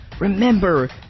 Remember